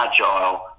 agile